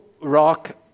rock